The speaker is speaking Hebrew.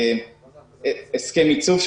הסכם ייצוב,